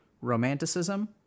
romanticism